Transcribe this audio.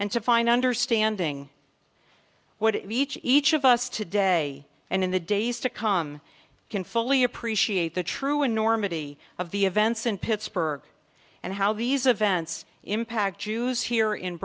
and to find understanding what each each of us today and in the days to come can fully appreciate the true enormity of the events in pittsburgh and how these events impact jews here in